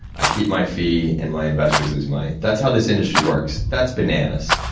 i keep my fee, and my investors lose money. that's how this industry works. that's bananas,